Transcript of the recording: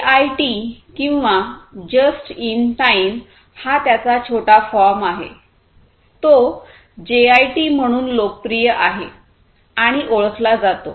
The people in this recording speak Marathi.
जेआयटी किंवा जस्ट इन टाइम हा त्याचा छोटा फॉर्म आहे तो जेआयटी म्हणून लोकप्रिय आहे आणि ओळखला जातो